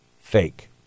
fake